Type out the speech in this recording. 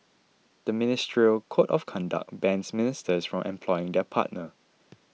the ministerial code of conduct bans ministers from employing their partner